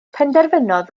penderfynodd